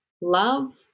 love